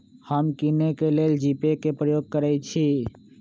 हम किने के लेल जीपे कें प्रयोग करइ छी